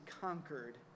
conquered